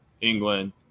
England